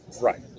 Right